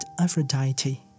Aphrodite